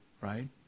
Right